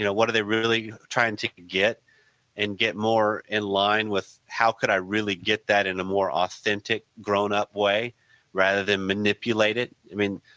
you know what are they really trying to get and get more in line with how could i really get that in the more authentic, grown up way rather than manipulated. i mean,